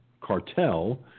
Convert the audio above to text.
cartel